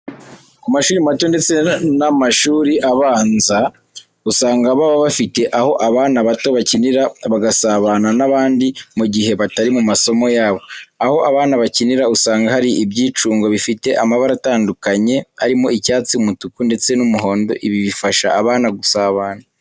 Ku mashuri mato ndetse n'amashuri abanza, usanga baba bafite aho abana bato bakinira bagasabana n'abandi mu gihe batari mu masomo yabo. Aho abana bakinira usanga hari ibyicungo bifite amabara atandukanye arimo icyatsi, umutuku, ndetse n'umuhondo. Ibi bifasha abana gusabana.